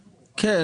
כן,